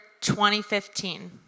2015